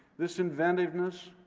this inventiveness,